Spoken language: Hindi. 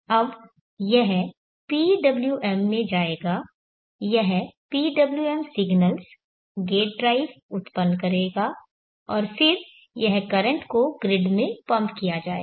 अब यह PWM में जाएगा यह PWM सिग्नल्स गेट ड्राइव उत्पन्न करेगा और फिर यह करंट को ग्रिड में पंप करेगा